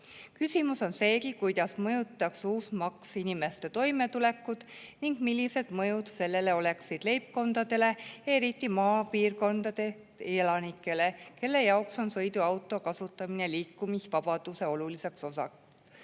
Küsimus on seegi, kuidas mõjutaks uus maks inimeste toimetulekut ning millised mõjud oleksid sellel leibkondadele, eriti maapiirkondade elanikele, kelle jaoks on sõiduauto kasutamine liikumisvabaduse oluline osa. Seega